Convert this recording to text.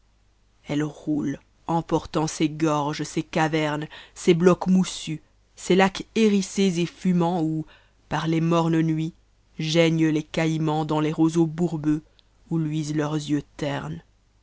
eme roule emportant ses gorges ses cavernes ses blocs moussus ses lacs hérisses et fomants où par tes mornes nuits geignent les caïmans dans les roseauxboarbeax où luisent leurs yeux ternes